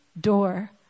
door